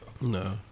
No